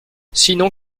sinon